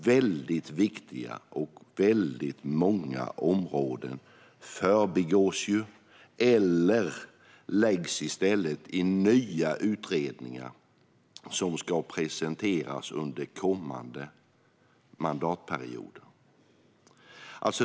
Väldigt viktiga och väldigt många områden förbigås eller läggs i stället i nya utredningar som ska presenteras under kommande mandatperiod.